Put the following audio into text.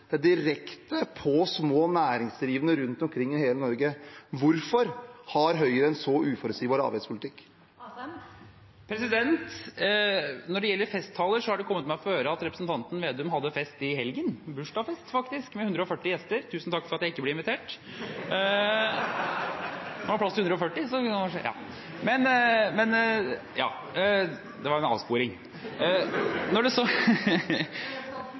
Det rammer direkte små næringsdrivende rundt omkring i hele Norge. Hvorfor har Høyre en så uforutsigbar avgiftspolitikk? Når det gjelder festtaler, har det kommet meg for øre at representanten Slagsvold Vedum hadde fest i helgen, bursdagsfest faktisk, med 140 gjester. Tusen takk for at jeg ikke ble invitert! Når det var plass til 140, kunne jeg kanskje blitt det .– Det var en avsporing,